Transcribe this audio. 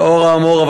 לאור האמור,